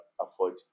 afford